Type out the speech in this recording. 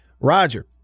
Roger